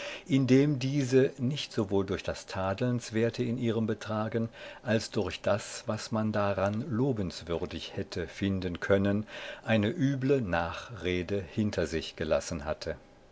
indem diese nicht sowohl durch das tadelnswerte in ihrem betragen als durch das was man daran lobenswürdig hätte finden können eine üble nachrede hinter sich gelassen hatte